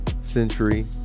century